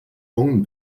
own